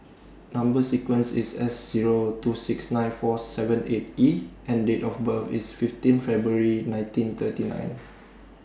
Number sequence IS S Zero two six nine four seven eight E and Date of birth IS fifteen February nineteen thirty nine